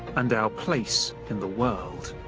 and our place in the world.